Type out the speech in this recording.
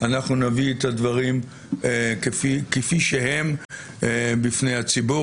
אנחנו נביא את הדברים כפי שהם בפני הציבור.